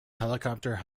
helicopter